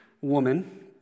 woman